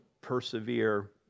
persevere